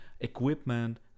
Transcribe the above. equipment